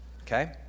Okay